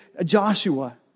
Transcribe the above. Joshua